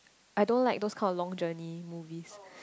I don't like those kind of long journey movies